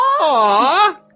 Aww